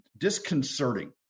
disconcerting